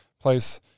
place